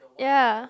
ya